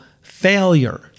failure